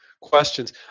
questions